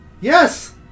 Yes